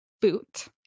boot